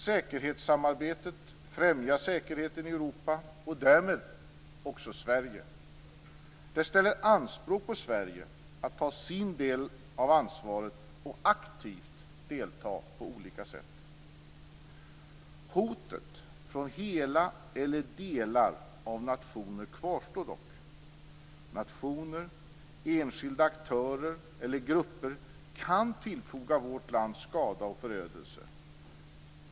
Säkerhetssamarbetet främjar säkerheten i Europa och därmed också Sverige. Det ställer anspråk på Sverige att ta sin del av ansvaret och aktivt delta på olika sätt. Hotet från hela eller delar av nationer kvarstår dock. Nationer, enskilda aktörer eller grupper kan tillfoga vårt land skada och förödelse.